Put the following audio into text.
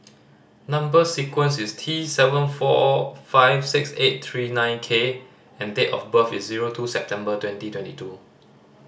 number sequence is T seven four five six eight three nine K and date of birth is zero two September twenty twenty two